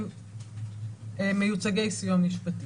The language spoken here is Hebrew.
הם מיוצגי סיוע משפטי,